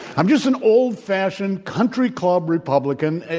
i'm just an old-fashioned country-club republican,